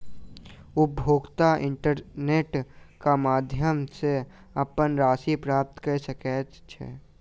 उपभोगता इंटरनेट क माध्यम सॅ अपन राशि प्राप्त कय सकै छै